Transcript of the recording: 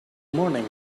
morning